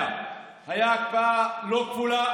100. הייתה הקפאה לא כפולה,